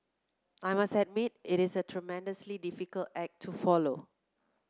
I must admit it is a tremendously difficult act to follow